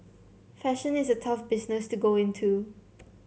fashion is a tough business to go into